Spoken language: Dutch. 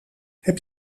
heb